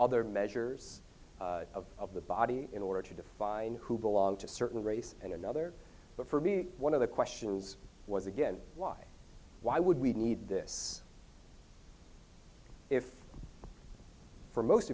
other measures of the body in order to define who belong to a certain race and another but for be one of the questions was again why why would we need this if for most